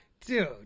dude